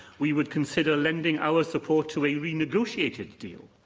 we would consider lending our support to a renegotiated deal,